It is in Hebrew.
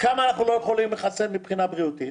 כמה אנחנו לא יכולים לחסן מבחינה בריאותית,